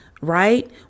right